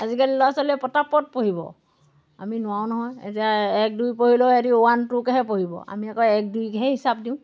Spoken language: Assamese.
আজিকালি ল'ৰা ছোৱালীয়ে পতাপত পঢ়িব আমি নোৱাৰোঁ নহয় এতিয়া এক দুই পঢ়িলেও সিহঁতি ওৱান টুকৈহে পঢ়িব আমি আকৌ এক দুইকৈহে হিচাপ দিওঁ